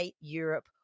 Europe